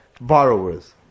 borrowers